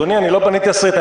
אדוני, אני לא בניתי תסריט.